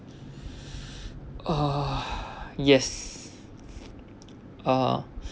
uh yes uh